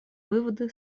выводы